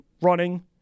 running